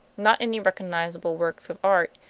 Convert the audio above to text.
not any recognizable works of art,